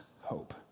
hope